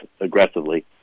aggressively